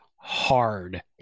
hard